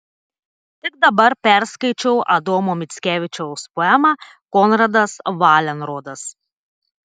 tik dabar perskaičiau adomo mickevičiaus poemą konradas valenrodas